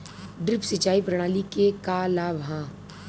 Drip सिंचाई प्रणाली के का लाभ ह?